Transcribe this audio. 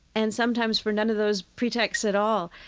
and sometimes for none of those pretexts at all,